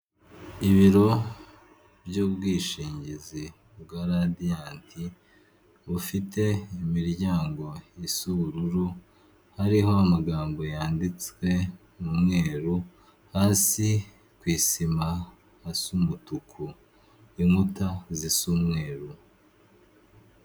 Ibiro by'ubwishingizi bwa radiyanti bufite imiryango isa ubururu, hariho amagambo yanditswe m'umweru hasi ku isima hasa umutuku inkuta zisa umweru.